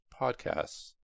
podcasts